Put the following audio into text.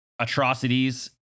atrocities